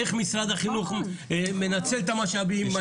איך משרד החינוך מנצל את המשאבים?